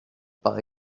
par